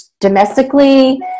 domestically